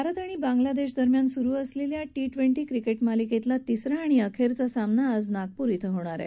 भारत आणि बांग्लादेश दरम्यान सुरु असलेल्या टी ट्वेंटी क्रिकेट मालिकेतला तिसरा आणि अखेरचा सामना आज नागपूर इथं होणार आहे